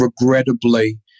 regrettably